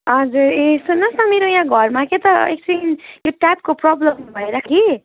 हजुर ए सुन्नुहोस् न मेरो यहाँ घरमा क्या त एकछिन ट्यापको प्रबल्म भएर कि